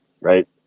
right